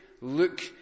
look